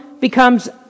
becomes